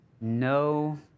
no